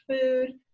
food